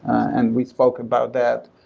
and we spoke about that.